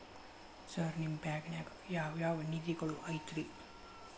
Sir ನಿಮ್ಮ ಬ್ಯಾಂಕನಾಗ ಯಾವ್ ಯಾವ ನಿಧಿಗಳು ಐತ್ರಿ?